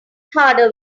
harder